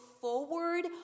forward